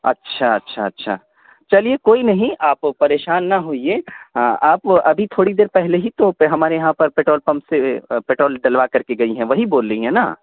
اچھا اچھا اچھا چلیے کوئی نہیں آپ پریشان نہ ہوئیے آپ ابھی تھوڑی دیر پہلے ہی تو ہمارے یہاں پر پیٹرول پمپ سے پیٹرول ڈلوا کر کے گئی ہیں وہی بول رہی ہیں نا